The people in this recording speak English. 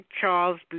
Charles